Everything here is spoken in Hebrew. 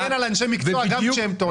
תגן על אנשי המקצוע גם כשהם טועים.